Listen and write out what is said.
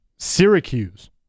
Syracuse